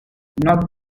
not